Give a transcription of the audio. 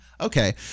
Okay